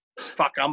Fuck